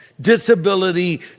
Disability